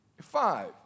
Five